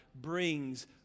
brings